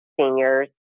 seniors